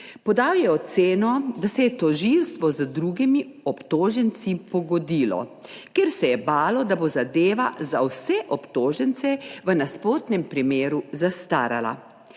Podal je oceno, da se je tožilstvo z drugimi obtoženci pogodilo, ker se je balo, da bo zadeva za vse obtožence v nasprotnem primeru zastarala.